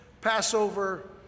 Passover